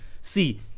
see